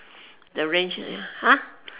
the range is !huh!